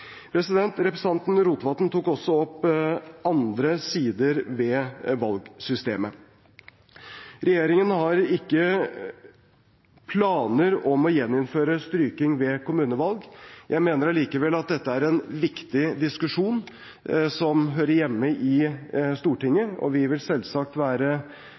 Representanten Rotevatn tok også opp andre sider ved valgsystemet. Regjeringen har ikke planer om å gjeninnføre stryking ved kommunevalg. Jeg mener allikevel at dette er en viktig diskusjon som hører hjemme i Stortinget, og vi vil selvsagt være